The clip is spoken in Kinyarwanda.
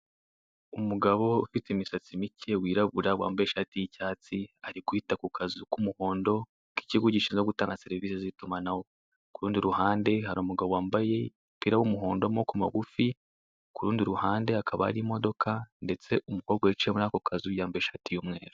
Umugabo ufite imisatsi mike wirabura wambaye ishati y'icyatsi, ari guhita ku kazu k'umuhondo k'ikigo gishinzwe gutanga serivisi z'itumanaho, ku rundi ruhande hari umugabo wambaye umupira w'umuhondo w'amaboko magufi, ku rundi ruhande hakaba hari imodoka, ndetse umukobwa wicaye muri ako kazu yambaye ishati y'umweru.